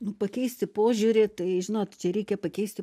nu pakeisti požiūrį tai žinot čia reikia pakeisti